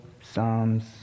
Psalms